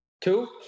two